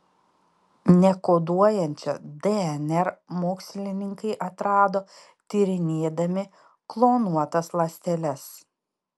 nekoduojančią dnr mokslininkai atrado tyrinėdami klonuotas ląsteles